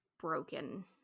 broken